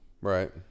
right